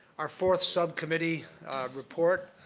our fourth subcommittee report,